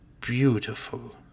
beautiful